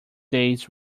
days